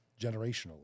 generational